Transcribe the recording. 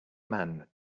man